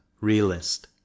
realist